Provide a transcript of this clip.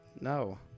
No